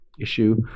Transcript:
issue